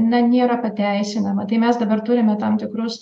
na nėra pateisinama tai mes dabar turime tam tikrus